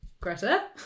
Greta